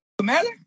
matter